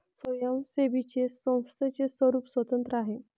स्वयंसेवी संस्थेचे स्वरूप स्वतंत्र आहे